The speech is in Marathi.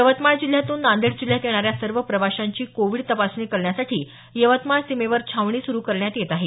यवतमाळ जिल्ह्यातून नांदेड जिल्ह्यात येणाऱ्या सर्व प्रवाशांची कोविड तपासणी करण्यासाठी यवतमाळ सीमेवर छावणी सुरू करण्यात येत आहे